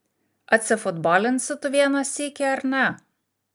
atsifutbolinsi tu vieną sykį ar ne